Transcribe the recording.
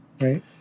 right